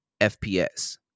fps